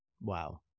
Wow